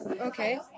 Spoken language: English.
Okay